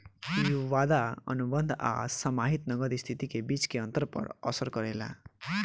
इ वादा अनुबंध आ समाहित नगद स्थिति के बीच के अंतर पर असर करेला